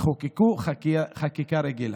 תחוקקו חקיקה רגילה.